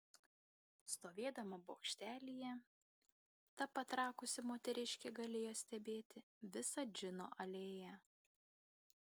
stovėdama bokštelyje ta patrakusi moteriškė galėjo stebėti visą džino alėją